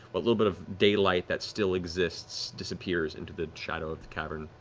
what little bit of daylight that still exists disappears into the shadow of the cavern,